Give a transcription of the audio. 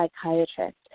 psychiatrist